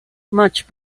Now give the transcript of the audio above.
much